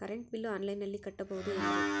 Current bill ಆನ್ಲೈನಿನಲ್ಲಿ ಕಟ್ಟಬಹುದು ಏನ್ರಿ?